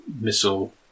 Missile